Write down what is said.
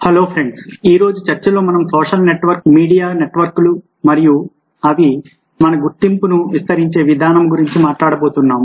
hello friends ఈరోజు చర్చలో మనం సోషల్ నెట్వర్క్లు మీడియా నెట్వర్క్లు మరియు అవి మన గుర్తింపును విస్తరించే విధానం గురించి మాట్లాడబోతున్నాం